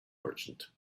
merchant